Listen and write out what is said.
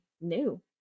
new